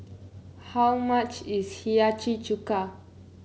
how much is Hiyashi Chuka